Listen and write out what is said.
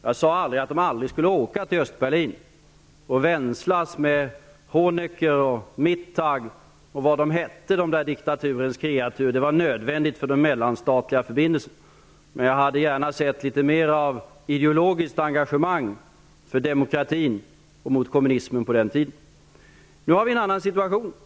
Jag sade aldrig att de inte skulle åka till Östberlin och vänslas med Honecker, Mittag och allt vad de där diktaturens kreatur hette. Det var nödvändigt för de mellanstatliga förbindelserna. Men jag hade gärna sett litet mer ideologiskt engagemang för demokratin och mot kommunismen på den tiden. Nu har vi en annan situation.